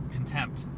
Contempt